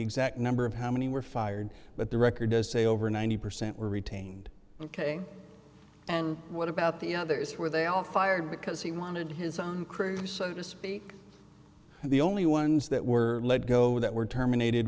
exact number of how many were fired but the record does say over ninety percent were retained ok and what about the other is where they all fired because he wanted his on crew so to speak and the only ones that were let go that were terminated